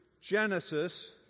Genesis